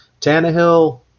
Tannehill